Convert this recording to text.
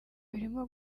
birimo